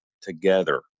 together